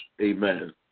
Amen